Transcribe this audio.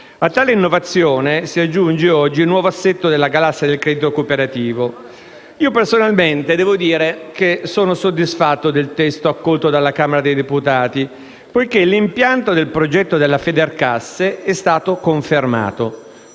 a tale innovazione si aggiunge oggi il nuovo assetto della galassia del credito cooperativo. Personalmente sono soddisfatto del testo accolto dalla Camera dei deputati, poiché l'impianto del progetto della Federcasse è stato confermato.